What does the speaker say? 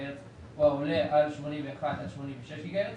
הרץ או העולה על 81 עד 86 גיגה הרץ,